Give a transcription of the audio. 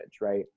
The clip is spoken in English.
right